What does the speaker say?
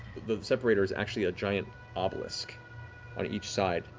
the separator's actually a giant obelisk on each side,